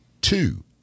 two